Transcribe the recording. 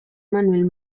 manuel